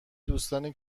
دوستانی